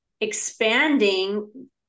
expanding